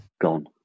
Gone